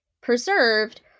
preserved